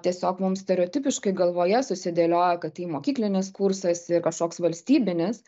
tiesiog mum stereotipiškai galvoje susidėliojo kad tai mokyklinis kursas ir kažkoks valstybinis